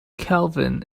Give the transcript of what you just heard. kelvin